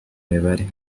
mibare